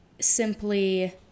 simply